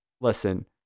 Listen